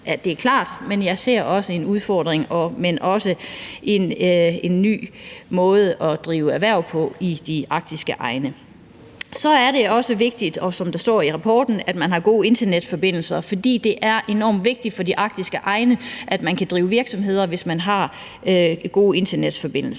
det er klart. Men jeg ser også en ny måde at drive erhverv på i de arktiske egne. Så er det jo også vigtigt, som der står i rapporten, at man har gode internetforbindelser, fordi det er enormt vigtigt for de arktiske egne, at man kan drive virksomheder, hvis man har gode internetforbindelser.